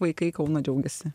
vaikai kauno džiaugiasi